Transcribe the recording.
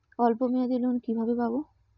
অল্প মেয়াদি লোন কিভাবে পাব?